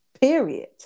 Period